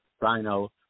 rhino